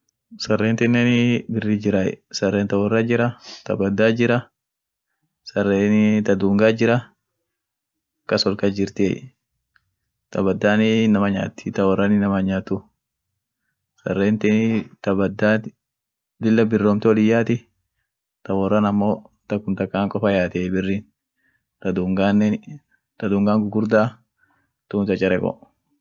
Sarrentinenii birrit jirray, sarren ta worrat jirah, ta badaat jirah, sarrenii ta dungaat jirah, akas wol kas jirtiey, ta badanii inama nyaati, ta worran inama hin' nyaatu, sarrentinii ta badaat lilla birromte wolin yaati, ta worran amo takum takan koffa yatiey birrin, ta dungaanen, ta dungaan gugurda tuun chachareko.